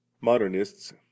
modernists